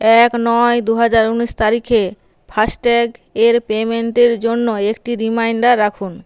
এক নয় দু হাজার ঊনিশ তারিখে ফাস্ট্যাগ এর পেমেন্টের জন্য একটি রিমাইণ্ডার রাখুন